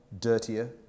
dirtier